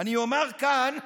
אני אומר כאן: